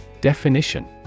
Definition